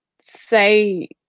say